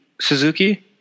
Suzuki